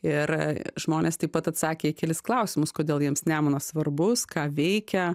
ir a žmonės taip pat atsakė į kelis klausimus kodėl jiems nemunas svarbus ką veikia